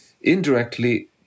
indirectly